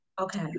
Okay